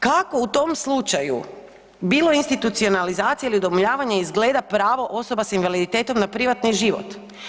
Kako u tom slučaju, bilo institucionalizacije ili udomljavanje izgleda pravo osoba s invaliditetom na privatni život?